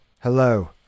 Hello